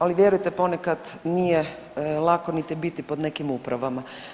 Ali vjerujte ponekad nije lako niti biti pod nekim upravama.